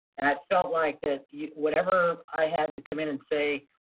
and i felt like that, whatever i had to come in and say,